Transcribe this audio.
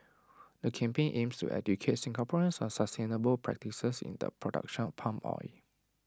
the campaign aims to educate Singaporeans on sustainable practices in the production of palm oil